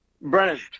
brennan